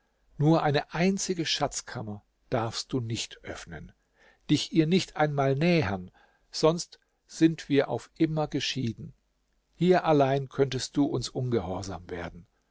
nur eine einzige schatzkammer darfst du nicht öffnen dich ihr nicht einmal nähern sonst sind wir auf immer geschieden hier allein könntest du uns ungehorsam werden